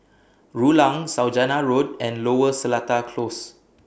Rulang Saujana Road and Lower Seletar Close